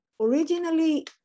originally